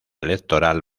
electoral